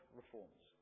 reforms